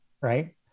Right